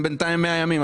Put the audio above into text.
אתם בינתיים מהימין.